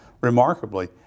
remarkably